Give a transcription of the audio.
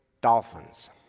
Dolphins